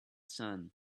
sun